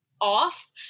off